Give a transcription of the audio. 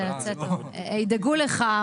אתה יוצא טוב, ידאגו לך.